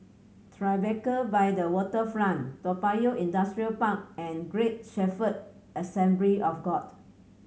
Tribeca by the Waterfront Toa Payoh Industrial Park and Great Shepherd Assembly of God